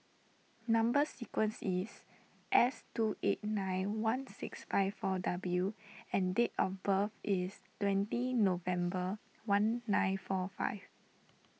Number Sequence is S two eight nine one six five four W and date of birth is twentieth November one nine four five